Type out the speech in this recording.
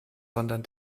sondern